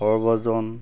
সৰ্বজন